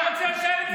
לא רוצים לשבת איתך.